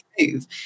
move